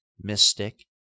mystic